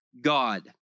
God